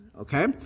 Okay